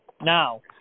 Now